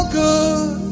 good